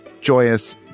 Joyous